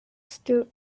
still